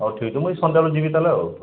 ହଉ ଠିକ୍ ଅଛି ମୁଁ ଏଇ ସନ୍ଧ୍ୟାବେଳେ ଯିବି ତା'ହେଲେ ଆଉ